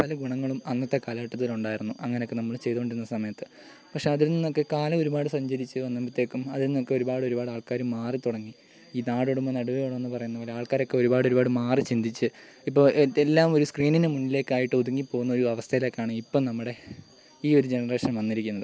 പല ഗുണങ്ങളും അന്നത്തെ കാലഘട്ടത്തിൽ ഉണ്ടായിരുന്നു അങ്ങനെയൊക്കെ നമ്മൾ ചെയ്തുകൊണ്ടിരുന്ന സമയത്ത് പക്ഷേ അതിൽ നിന്നൊക്കെ കാലം ഒരുപാട് സഞ്ചരിച്ച് വന്നപ്പഴ്ത്തേക്കും അതിൽ നിന്നൊക്കെ ഒരുപാട് ഒരുപാട് ആൾക്കാർ മാറി തുടങ്ങി ഈ നാടോടുമ്പോൾ നടുവേ ഓടണം എന്ന് പറയുന്നപോലെ ആൾക്കാരൊക്കെ ഒരുപാട് ഒരുപാട് മാറി ചിന്തിച്ച് ഇപ്പോൾ എല്ലാം എല്ലാം ഒരു സ്ക്രീനിന് മുന്നിലേക്കായിട്ട് ഒതുങ്ങി പോകുന്ന ഒരു അവസ്ഥയിലേയ്ക്കാണ് ഇപ്പം നമ്മുടെ ഈ ഒരു ജനറേഷൻ വന്നിരിക്കുന്നത്